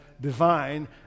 divine